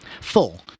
Full